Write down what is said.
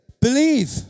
Believe